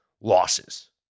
losses